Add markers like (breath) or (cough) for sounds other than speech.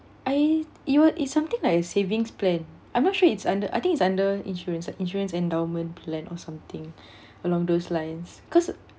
I even it's something like a savings plan I'm not sure it's under I think it's under insurance insurance endowment plan or something (breath) along those lines cause